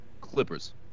Clippers